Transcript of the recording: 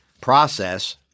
process